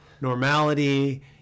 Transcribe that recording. normality